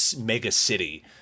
mega-city